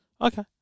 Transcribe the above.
Okay